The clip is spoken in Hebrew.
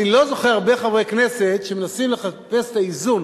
אני לא זוכר הרבה חברי כנסת שמנסים לחפש את האיזון